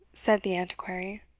said the antiquary.